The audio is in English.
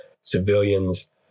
civilians